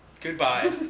Goodbye